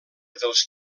dels